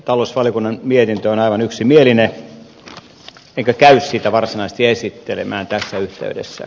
talousvaliokunnan mietintö on aivan yksimielinen enkä käy sitä varsinaisesti esittelemään tässä yhteydessä